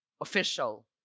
official